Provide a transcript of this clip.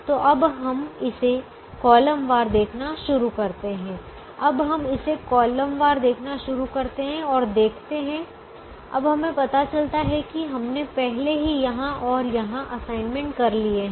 तो अब हम इसे कॉलम वार देखना शुरू करते हैं अब हम इसे कॉलम वार देखना शुरू करते हैं और देखते हैं अब हमें पता चलता है कि हमने पहले ही यहाँ और यहाँ असाइनमेंट कर लिए है